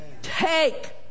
Take